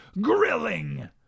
grilling